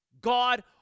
God